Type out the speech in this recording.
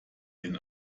den